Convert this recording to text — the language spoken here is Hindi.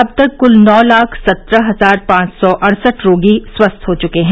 अब तक कुल नौ लाख सत्रह हजार पांच सौ अड़सठ रोगी स्वस्थ हो चुके हैं